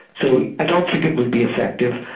so i don't think it would be effective.